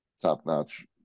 top-notch